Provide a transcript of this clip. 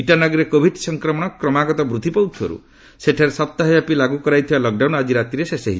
ଇଟାନଗରରେ Covid ସଂକ୍ରମଣ କ୍ରମାଗତ ବୃଦ୍ଧି ପାଉଥିବାରୁ ସେଠାରେ ସପ୍ତାହ ବ୍ୟାପୀ ଲାଗୁ କରାଯାଇଥିବା ଲକ୍ଡାଉନ୍ ଆଜି ରାତିରେ ଶେଷ ହେବ